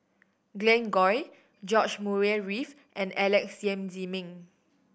Glen Goei George Murray Reith and Alex Yam Ziming